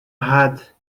had